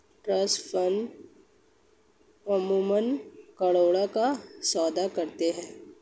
trust funds अमूमन करोड़ों का सौदा करती हैं